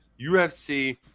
UFC